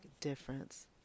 difference